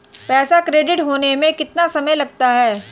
पैसा क्रेडिट होने में कितना समय लगता है?